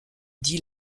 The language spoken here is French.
dit